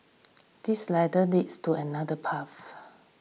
this ladder leads to another path